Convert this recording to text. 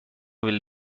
will